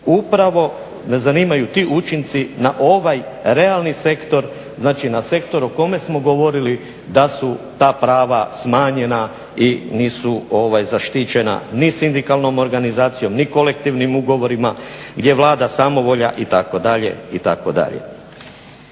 Upravo me zanimaju ti učinci na ovaj realni sektor, znači na sektor o kome smo govorili da su ta prava smanjena i nisu zaštićena ni sindikalnom organizacijom ni kolektivnim ugovorima gdje vlada samovolja itd., itd.